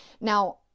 Now